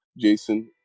Jason